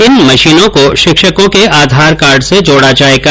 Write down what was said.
इन मशीनों को शिक्षकों के आधार कार्ड से जोड़ा जाएगा